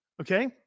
Okay